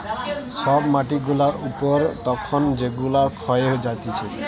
সব মাটি গুলা উপর তখন যেগুলা ক্ষয়ে যাতিছে